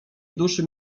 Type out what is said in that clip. duszy